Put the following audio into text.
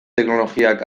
teknologiak